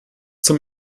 zum